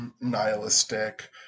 nihilistic